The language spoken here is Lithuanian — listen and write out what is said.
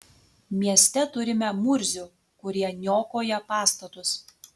mieste turime murzių kurie niokoja pastatus